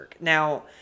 Now